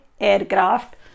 Aircraft